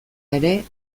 ere